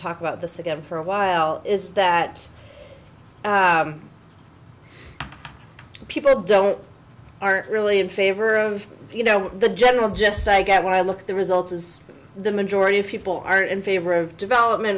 talk about the second for a while is that people don't aren't really in favor of you know the general gist i get when i look at the results is the majority of people are in favor of development